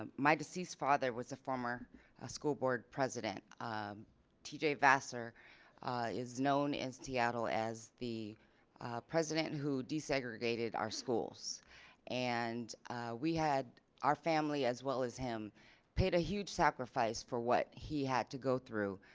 um my deceased father was a former school board president um t j. vassar is known in seattle as the president who desegregated our schools and we had our family as well as him paid a huge sacrifice for what he had to go through.